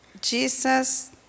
Jesus